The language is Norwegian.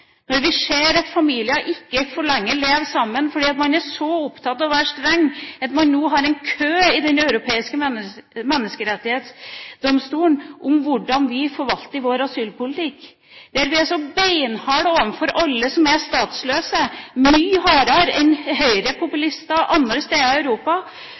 Når vi tar bort begrepet «human» i gode tider, klarer vi da å prioritere humaniteten i dette i dårligere tider? Vi ser at familier ikke lenger får leve sammen fordi man er så opptatt av å være streng at man nå har en kø av saker i Den europeiske menneskerettighetsdomstolen om hvordan vi forvalter vår asylpolitikk, der vi er beinharde overfor alle som er